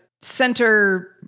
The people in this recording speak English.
center